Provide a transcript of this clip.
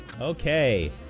Okay